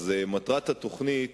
מטרת התוכנית